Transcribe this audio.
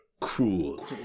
Cruel